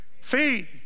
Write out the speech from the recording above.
Feet